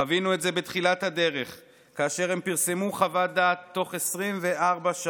חווינו את זה בתחילת הדרך כאשר הם פרסמו חוות דעת תוך 24 שעות,